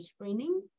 screening